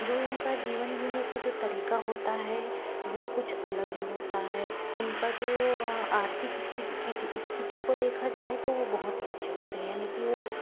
जो उनका जीवन जीने का जो तरीका होता है वो कुछ अलग ही होता है उनका जो आर्थिक स्थिति की स्थिति को देखा जाए तो वो बोहोत ही अच्छे होते हैं यानी कि वह